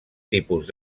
tipus